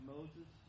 Moses